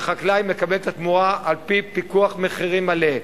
החקלאי מקבל את התמורה על-פי פיקוח מחירים מלא.